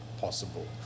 possible